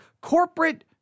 corporate